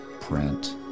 print